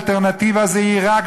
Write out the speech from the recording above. האלטרנטיבה זה עיראק,